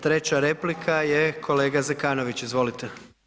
Treća replika je kolega Zekanović, izvolite.